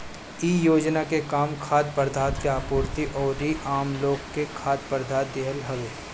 इ योजना के काम खाद्य पदार्थ के आपूर्ति अउरी आमलोग के खाद्य पदार्थ देहल हवे